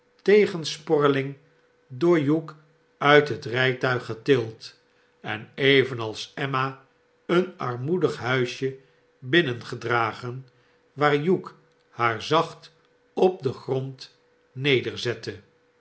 weinig tegensporrehng door hugh uit het rijtuig getild en evenals emma een armoedig hmsje binnengedragen waar hugh haar zacht op den grond